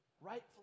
Rightfully